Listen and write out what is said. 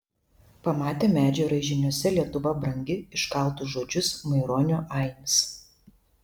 pamatė medžio raižiniuose lietuva brangi iškaltus žodžius maironio ainis